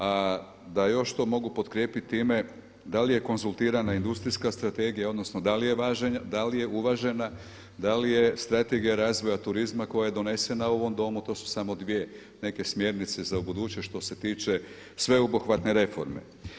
A da još to mogu potkrijepiti time da li je konzultirana industrijska strategija odnosno da li je uvažena, da li je strategija razvoja turizma koje je donosena u ovom domu, to su samo dvije neke smjernice za ubuduće što se tiče sveobuhvatne reforme.